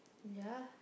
ya